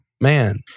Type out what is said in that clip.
Man